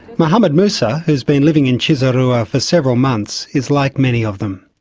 muhammed musa, who has been living in cisarua for several months is like many of them.